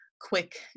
quick